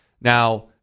Now